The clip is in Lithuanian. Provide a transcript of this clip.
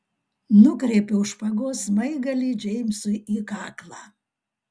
nukreipiau špagos smaigalį džeimsui į kaklą